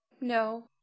no